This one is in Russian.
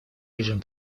режим